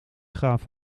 gaven